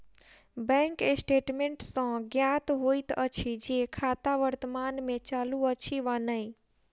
bank statement सॅ ज्ञात होइत अछि जे खाता वर्तमान मे चालू अछि वा नै